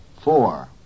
Four